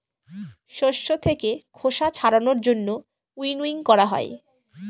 শস্য থাকে খোসা ছাড়ানোর জন্য উইনউইং করা হয়